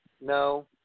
No